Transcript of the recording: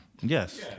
yes